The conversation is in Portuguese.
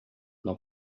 não